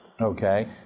Okay